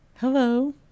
hello